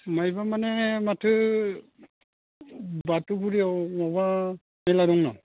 मायबा मानो माथो बाथौफुरियाव माबा मेला दंनो